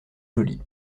jolie